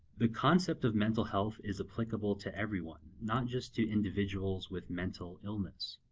the concept of mental health is applicable to everyone, not just to individuals with mental illness.